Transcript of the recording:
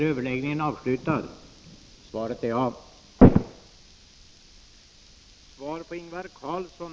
Herr talman!